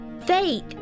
Faith